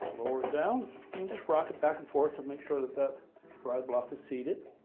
lower it down and just rock it back and forth to make sure that that dry block is seated,